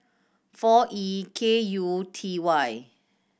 four E K U T Y